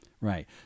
Right